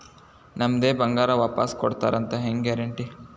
ನಮ್ಮದೇ ಬಂಗಾರ ವಾಪಸ್ ಕೊಡ್ತಾರಂತ ಹೆಂಗ್ ಗ್ಯಾರಂಟಿ?